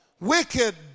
Wicked